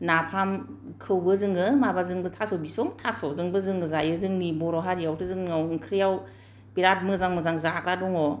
नाफामखौबो जोङो माबाजोंबो थास' बिसं थास'जोंबो जों जायो जोंनि बर' हारियाथ' जोंनाव ओंख्रियाव बेराद मोजां मोजां जाग्रा दङ